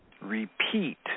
repeat